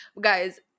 Guys